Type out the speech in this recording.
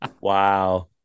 Wow